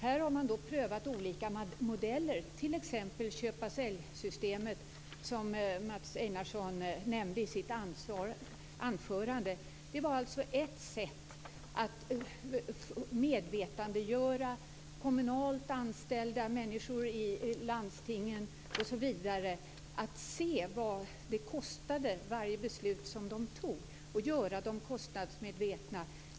Här har man då prövat olika modeller, t.ex. köp-och-sälj-systemet, som Mats Einarsson nämnde i sitt anförande. Det var ett sätt att medvetandegöra kommunalt anställda människor, människor i landstingen osv., nämligen att se vad varje beslut som de fattade kostade och att göra dem kostnadsmedvetna.